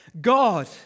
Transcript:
God